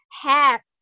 hats